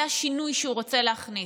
זה השינוי שהוא רוצה להכניס.